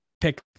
pick